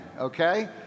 okay